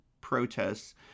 protests